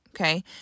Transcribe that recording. Okay